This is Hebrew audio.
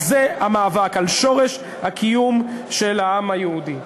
על זה המאבק, על שורש הקיום של העם היהודי.